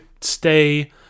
stay